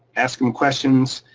ask them questions.